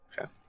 okay